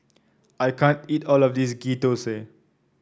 I can't eat all of this Ghee Thosai